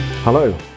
Hello